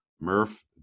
Murph